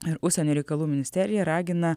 ir užsienio reikalų ministerija ragina